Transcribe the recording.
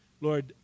Lord